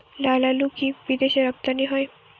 লালআলু কি বিদেশে রপ্তানি হয়?